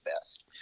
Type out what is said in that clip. best